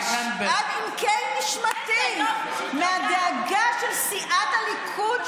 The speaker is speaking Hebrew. עכשיו אני חייבת להתרגש עד עמקי נשמתי מהדאגה של סיעת הליכוד,